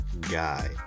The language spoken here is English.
guy